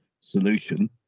solution